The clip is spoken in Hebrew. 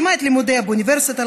סיימה את לימודיה באוניברסיטה,